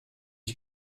you